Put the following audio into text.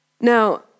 Now